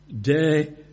day